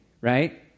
right